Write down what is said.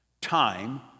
time